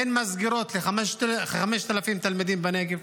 אין מסגרות ל-5,000 תלמידים בנגב.